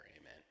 Amen